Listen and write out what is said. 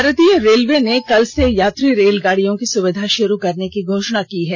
भारतीय रेलवे ने कल से यात्री रेलगाडियों की सुविधा शुरू करने की घोषणा की है